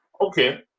Okay